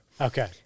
Okay